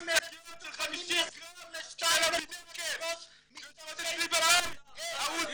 הגיעו שקיות של 50 גרם של --- יושבות אצלי בבית ארוזות